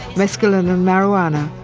mescaline and marijuana,